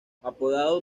apodado